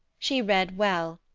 she read well,